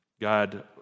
God